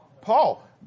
Paul